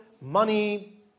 money